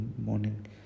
morning